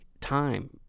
time